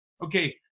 Okay